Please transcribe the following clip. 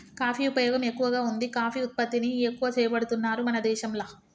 coffee ఉపయోగం ఎక్కువగా వుంది కాఫీ ఉత్పత్తిని ఎక్కువ చేపడుతున్నారు మన దేశంల